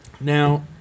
Now